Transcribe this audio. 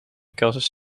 cursus